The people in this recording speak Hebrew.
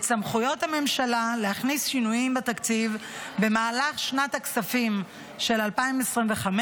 את סמכויות הממשלה להכניס שינויים בתקציב במהלך שנת הכספים של 2025,